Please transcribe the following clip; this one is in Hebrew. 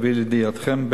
להביא לידיעתכם,